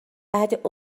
بعد